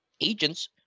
agents